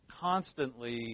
constantly